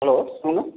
hello சொல்லுங்கள்